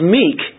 meek